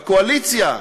בקואליציה,